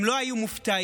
הם לא היו מופתעים,